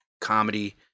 comedy